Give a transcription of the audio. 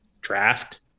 draft